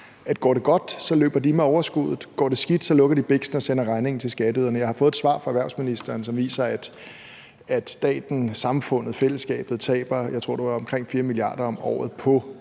Går det godt, løber de med overskuddet; går det skidt, lukker de biksen og sender regningen til skatteyderne. Jeg har fået et svar fra erhvervsministeren, som viser, at staten, samfundet, fællesskabet taber – jeg tror, det